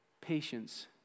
Patience